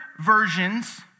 versions